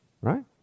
Right